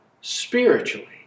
spiritually